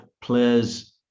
players